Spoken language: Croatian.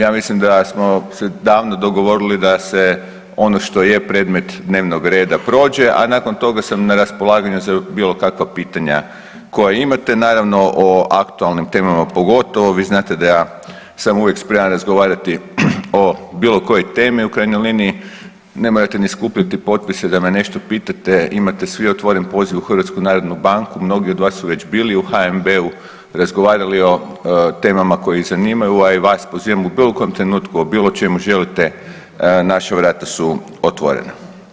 Ja mislim da smo se davno dogovorili da se ono što je predmet dnevnog reda prođe, a nakon toga sam na raspolaganju za bilo kakva pitanja koja imate, naravno o aktualnim temama, pogotovo vi znate da ja sam uvijek spreman razgovarati o bilo kojoj temi, u krajnjoj liniji ne morate ni skupljati potpise da me nešto pitate, imate svi otvoren poziv u HNB, mnogi od vas su već bili u HNB-u i razgovarali o temama koje ih zanimaju, a i vas pozivam u bilo kojem trenutku o bilo čemu želite, naša vrata su otvorena.